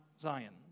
Zion